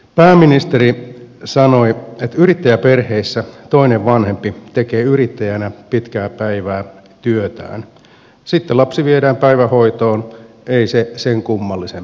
pääministeri sanoi että yrittäjäperheissä toinen vanhempi tekee yrittäjänä pitkää päivää työtään sitten lapsi viedään päivähoitoon ei se sen kummallisempaa ole